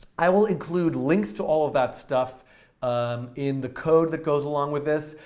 i will include links to all of that stuff um in the code that goes along with this.